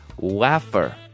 wafer